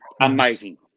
amazing